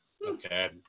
okay